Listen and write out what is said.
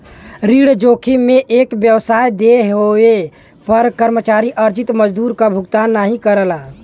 ऋण जोखिम में एक व्यवसाय देय होये पर कर्मचारी अर्जित मजदूरी क भुगतान नाहीं करला